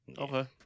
Okay